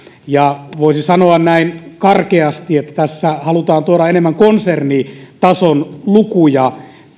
voisi sanoa näin karkeasti että tässä halutaan tuoda enemmän konsernitason lukuja